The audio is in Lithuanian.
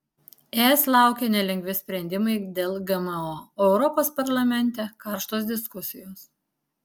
es laukia nelengvi sprendimai dėl gmo o europos parlamente karštos diskusijos